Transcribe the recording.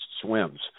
swims